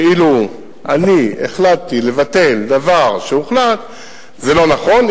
שאני החלטתי לבטל דבר שהוחלט לא נכון,